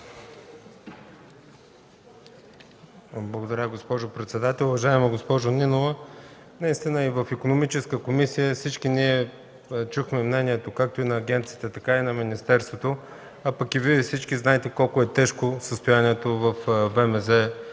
Благодаря, госпожо председател. Уважаема госпожо Нинова, наистина в Икономическата комисия всички ние чухме мнението както на агенцията, така и на министерството, а пък и всички Вие знаете колко тежко е състоянието във ВМЗ